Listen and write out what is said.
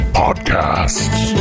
podcasts